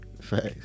Facts